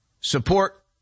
support